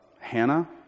Hannah